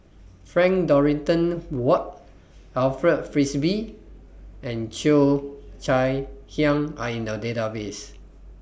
Frank Dorrington Ward Alfred Frisby and Cheo Chai Hiang Are in The Database